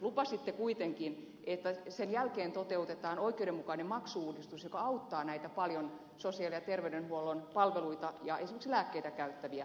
lupasitte kuitenkin että sen jälkeen toteutetaan oikeudenmukainen maksu uudistus joka auttaa paljon sosiaali ja terveydenhuollon palveluita ja esimerkiksi lääkkeitä käyttäviä